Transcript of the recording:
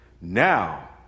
now